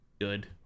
good